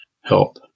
help